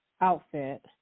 outfit